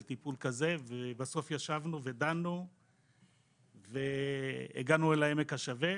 טיפול אחר ובסוף ישבנו ודנו והגענו לעמק השווה.